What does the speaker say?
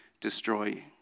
destroy